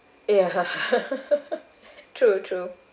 ya true true